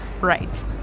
right